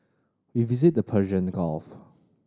we visited the Persian Gulf